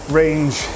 range